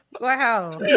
Wow